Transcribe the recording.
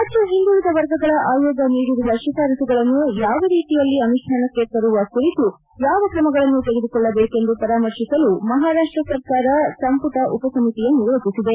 ರಾಜ್ಯ ಹಿಂದುಳಿದ ವರ್ಗಗಳ ಆಯೋಗ ನೀಡಿರುವ ಶಿಫಾರಸುಗಳನ್ನು ಯಾವ ರೀತಿಯಲ್ಲಿ ಅನುಷ್ನಾನಕ್ಕೆ ತರುವ ಕುರಿತು ಯಾವ ಕ್ರಮಗಳನ್ನು ತೆಗೆದುಕೊಳ್ಳಬೇಕೆಂದು ಪರಾಮರ್ಶಿಸಲು ಮಹಾರಾಷ್ಟ ಸರ್ಕಾರ ಸಂಪುಟ ಉಪ ಸಮಿತಿಯನ್ನು ರಚಿಸಿದೆ